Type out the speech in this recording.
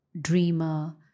dreamer